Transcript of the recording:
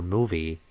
Movie